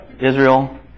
Israel